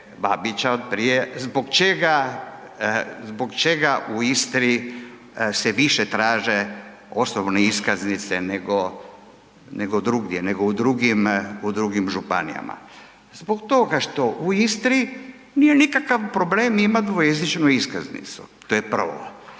Babića od prije, zbog čega u Istri se više traže osobne iskaznice, nego u drugim županijama. Zbog toga što u Istri nije nikakav problem imat dvojezičnu iskaznicu, to je prvo.